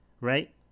right